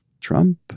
Trump